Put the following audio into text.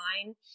online